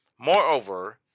Moreover